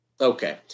Okay